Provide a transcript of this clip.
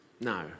No